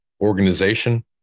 organization